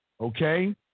okay